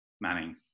Manning